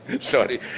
sorry